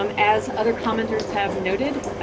um as other commenters have noted.